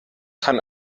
kann